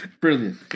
Brilliant